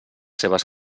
seves